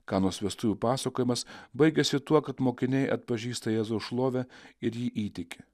kanos vestuvių pasakojimas baigiasi tuo kad mokiniai atpažįsta jėzaus šlovę ir jį įtiki